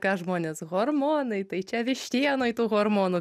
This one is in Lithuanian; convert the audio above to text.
ką žmonės hormonai tai čia vištienoj tų hormonų